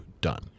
done